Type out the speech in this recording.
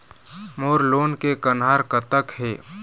मोर loan के कन्हार कतक हे?